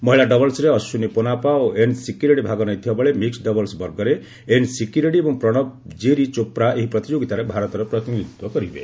ମହିଳା ଡବଲ୍ସରେ ଅଶ୍ୱିନୀ ପୋନାପ୍ସା ଓ ଏନ୍ ସିକ୍କି ରେଡ୍ଜୀ ଭାଗ ନେଇଥିବା ବେଳେ ମିକ୍ନ ଡବଲ୍ସ୍ ବର୍ଗରେ ଏନ୍ ସିକ୍କି ରେଡ୍ଡି ଏବଂ ପ୍ରଣବ ଜେରୀ ଚୋପ୍ରା ଏହି ପ୍ରତିଯୋଗିତାରେ ଭାରତର ପ୍ରତିନିଧୂତ୍ୱ କରିବେ